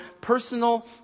personal